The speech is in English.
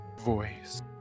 voice